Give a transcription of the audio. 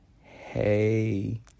Hey